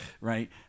Right